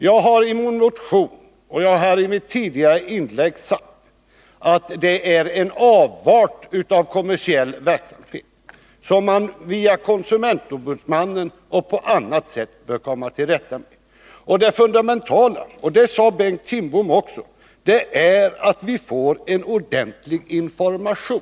I min motion och i mitt tidigare inlägg har jag sagt att det är en avart av kommersiell verksamhet som man via konsumentombudsmannen och på annat sätt bör försöka komma till rätta med. Det fundamentala, och det sade också Bengt Kindbom, är att vi får en ordentlig information.